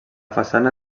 façana